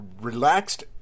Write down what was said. relaxed